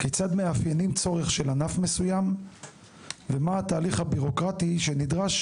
כיצד מאפיינים צורך של ענף מסוים ומה הוא התהליך הבירוקרטי שנדרש